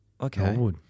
Okay